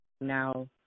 Now